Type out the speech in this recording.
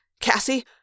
Cassie